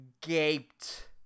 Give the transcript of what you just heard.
gaped